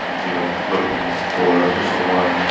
you know, looking for for someone.